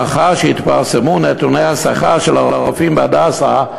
לאחר שהתפרסמו נתוני השכר של הרופאים ב"הדסה",